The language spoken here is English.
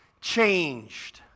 changed